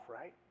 right